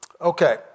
Okay